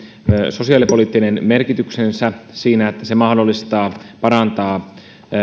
sosiaalipoliittinen merkityksensä siinä että se mahdollistaa parantaa